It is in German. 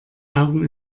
augen